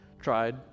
tried